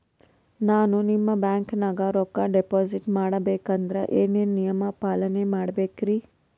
ನಾನು ನಿಮ್ಮ ಬ್ಯಾಂಕನಾಗ ರೊಕ್ಕಾ ಡಿಪಾಜಿಟ್ ಮಾಡ ಬೇಕಂದ್ರ ಏನೇನು ನಿಯಮ ಪಾಲನೇ ಮಾಡ್ಬೇಕ್ರಿ?